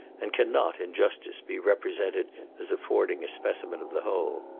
and cannot, in justice, be represented as affording a specimen of the whole.